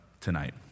tonight